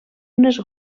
unes